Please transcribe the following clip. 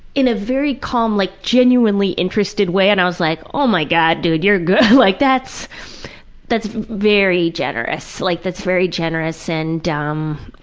in a very calm, like genuinely interested way and i was like, oh my god, dude, you're good! like that's that's very generous, like that's very generous and um,